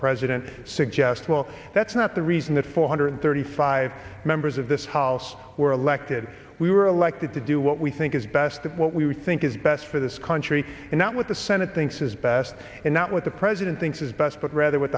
president suggests well that's not the reason that four hundred thirty five members of this house were elected we were elected to do what we think is best that what we think is best for this country and not what the senate thinks is best and not what the president thinks is best but rather w